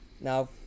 Now